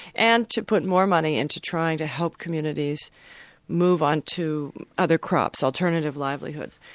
and to put more money in to trying to help communities move on to other crops, alternative livelihoods.